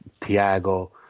Tiago